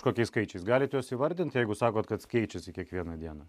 kokiais skaičiais galite juos įvardint jeigu sakot kad keičiasi kiekvieną dieną